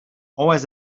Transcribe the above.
always